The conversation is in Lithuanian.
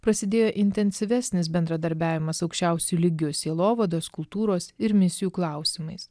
prasidėjo intensyvesnis bendradarbiavimas aukščiausiu lygiu sielovados kultūros ir misijų klausimais